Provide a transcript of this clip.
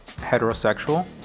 heterosexual